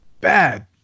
bad